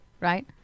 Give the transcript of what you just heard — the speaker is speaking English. Right